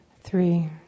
Three